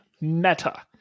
Meta